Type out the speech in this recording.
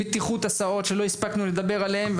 בטיחות הסעות שלא הספקנו לדבר עליהן,